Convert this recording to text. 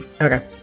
Okay